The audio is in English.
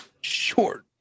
short